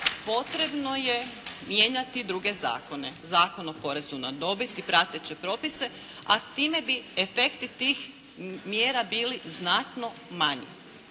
potrebno je mijenjati druge zakone, Zakon o porezu na dobit i prateće propise a time bi efekti tih mjera bili znatno manji.